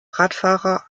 radfahrer